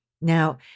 Now